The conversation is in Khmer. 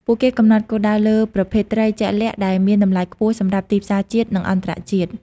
ពួកគេកំណត់គោលដៅលើ ប្រភេទត្រី ជាក់លាក់ដែលមានតម្លៃខ្ពស់សម្រាប់ទីផ្សារជាតិ និងអន្តរជាតិ។